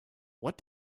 what